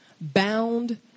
bound